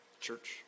Church